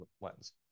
lens